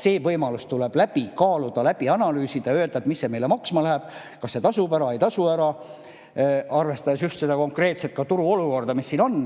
see võimalus tuleb läbi kaaluda, läbi analüüsida ja öelda, mis see meile maksma läheb, kas see tasub ära või ei tasu ära, arvestades just seda konkreetset turuolukorda, mis siin on,